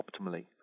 optimally